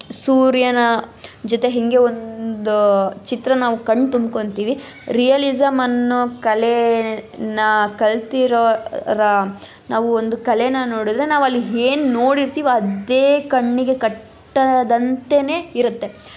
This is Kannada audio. ಸೂರ್ಯನ ಜೊತೆ ಹೇಗೆ ಒಂದು ಚಿತ್ರ ನಾವು ಕಣ್ಣು ತುಂಬ್ಕೊತೀವಿ ರಿಯಲಿಸಂ ಅನ್ನೋ ಕಲೇನ ಕಲ್ತಿರೋರ ನಾವು ಒಂದು ಕಲೇನ ನೋಡಿದ್ರೆ ನಾವು ಅಲ್ಲಿ ಏನ್ ನೋಡಿರ್ತೀವಿ ಅದೇ ಕಣ್ಣಿಗೆ ಕಟ್ಟಿದಂತೇನೆ ಇರುತ್ತೆ